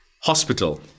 Hospital